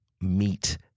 meet